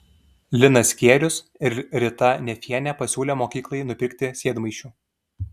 linas skierius ir rita nefienė pasiūlė mokyklai nupirkti sėdmaišių